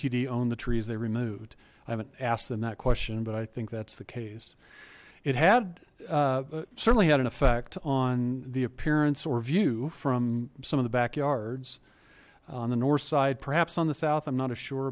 owned the trees they removed i haven't asked them that question but i think that's the case it had certainly had an effect on the appearance or view from some of the backyards on the north side perhaps on the south i'm not as sure